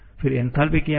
फिर एन्थालपी क्या है